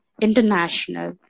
international